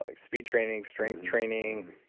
like speed training, strength training,